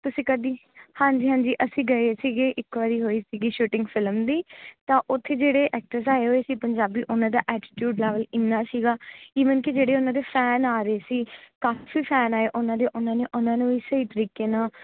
ਤੁਸੀਂ ਕਦੀ ਹਾਂਜੀ ਹਾਂਜੀ ਅਸੀਂ ਗਏ ਸੀਗੇ ਇੱਕ ਵਾਰੀ ਹੋਈ ਸੀਗੀ ਸ਼ੂਟਿੰਗ ਫਿਲਮ ਦੀ ਤਾਂ ਉੱਥੇ ਜਿਹੜੇ ਐਕਟਰਸ ਆਏ ਹੋਏ ਸੀ ਪੰਜਾਬੀ ਉਨ੍ਹਾਂ ਦਾ ਐਟੀਟਿਊਡ ਲੈਵਲ ਇੰਨਾ ਸੀਗਾ ਈਵਨ ਕਿ ਜਿਹੜੇ ਉਨ੍ਹਾਂ ਦੇ ਫੈਨ ਆ ਰਹੇ ਸੀ ਕਾਫੀ ਫੈਨ ਆਏ ਉਨ੍ਹਾਂ ਦੇ ਉਨ੍ਹਾਂ ਨੇ ਉਨ੍ਹਾਂ ਨੂੰ ਵੀ ਸਹੀ ਤਰੀਕੇ ਨਾਲ